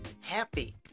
happy